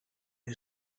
who